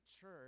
church